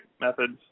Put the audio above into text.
methods